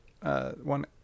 one